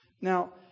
Now